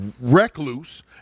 recluse